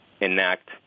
enact